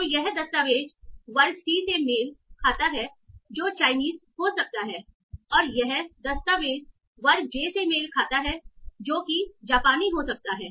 तो यह दस्तावेज़ वर्ग c से मेल खाता है जो चाइनीस हो सकता है और यह दस्तावेज़ वर्ग j से मेल खाता है जो कि जापानी हो सकता है